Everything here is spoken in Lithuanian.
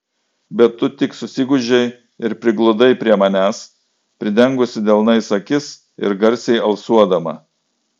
bet tu tik susigūžei ir prigludai prie manęs pridengusi delnais akis ir garsiai alsuodama